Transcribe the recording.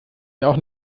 ihnen